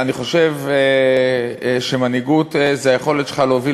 אני חושב שמנהיגות היא היכולת שלך להוביל